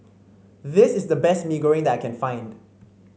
this is the best Mee Goreng that I can find